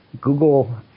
Google